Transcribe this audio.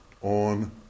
on